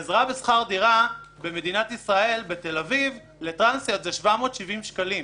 עזרה בשכר דירה במדינת ישראל בתל-אביב לטרנסיות זה 770 שקלים.